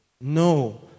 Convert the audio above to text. No